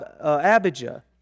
Abijah